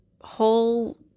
whole